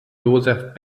joseph